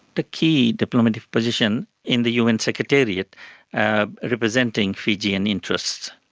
the key diplomatic position in the un secretariat ah representing fijian interests.